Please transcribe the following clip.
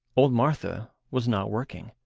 old martha was not working.